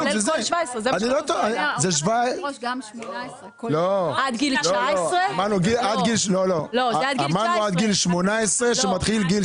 כולל גיל 17. אמרנו עד גיל 18 שמתחיל גיל